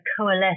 coalesce